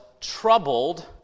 troubled